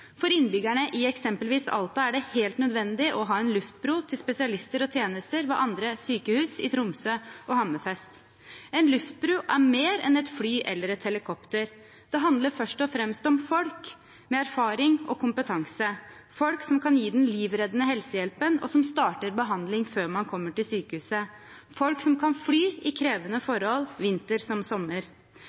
For innbyggerne i eksempelvis Alta er det helt nødvendig å ha en luftbro til spesialister og tjenester ved andre sykehus i Tromsø og Hammerfest. En luftbro er mer enn et fly eller et helikopter. Det handler først og fremst om folk med erfaring og kompetanse, folk som kan gi den livreddende helsehjelpen, og som starter behandling før man kommer til sykehuset, folk som kan fly i krevende forhold, vinter som sommer.